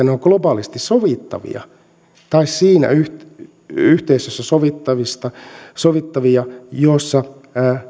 ne ovat globaalisti sovittavia tai siinä yhteisössä sovittavia jossa